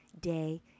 day